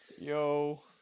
yo